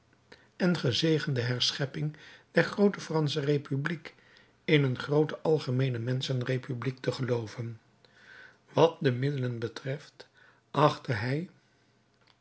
en gezegende herschepping der groote fransche republiek in een groote algemeene menschenrepubliek te gelooven wat de middelen betreft achtte hij